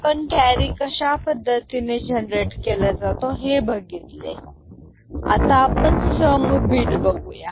आपण कॅरी कशा पद्धतीने जनरेट केला जातो हे बघितले आता आपण सम बीट बघुया